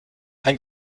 ein